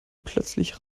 plötzlich